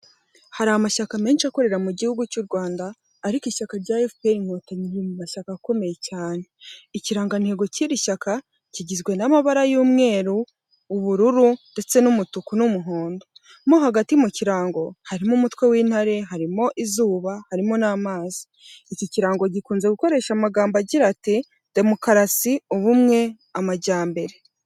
Hari amashyaka menshi akorera mu gihugu cy'u Rwanda, ariko ishyaka rya efuperi inkotanyi riri mu mashyaka akomeye cyane. Ikirangantego cy'iri shyaka, kigizwe n'amabara y'umweru, ubururu ndetse n'umutuku, n'umuhondo. Mo hagati mu kirango harimo umutwe w'intare, harimo izuba, harimo n'amazi. Iki kirango gikunze gukoresha amagambo agira ati "demokarasi, ubumwe, amajyambere."